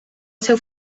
seu